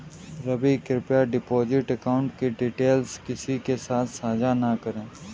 रवि, कृप्या deposit account की details किसी के साथ सांझा न करें